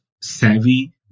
savvy